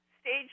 stage